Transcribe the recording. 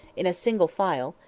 in single file,